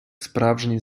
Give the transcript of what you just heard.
справжній